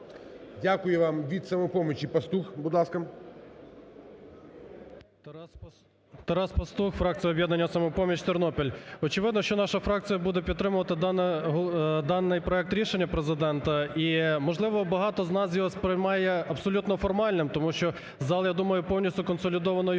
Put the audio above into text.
Дякую вам. Від "Самопомочі" Пастух, будь ласка. 11:10:03 ПАСТУХ Т.Т. Тарас Пастух, фракція "Об'єднання "Самопоміч", Тернопіль. Очевидно, що наша фракція буде підтримувати даний проект рішення Президента, і, можливо, багато з нас його сприймає абсолютно формальним, тому що зал, я думаю, повністю консолідовано